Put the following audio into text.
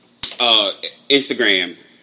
Instagram